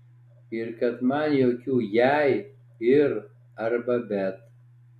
ir kad man jokių jei ir arba bet